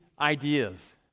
ideas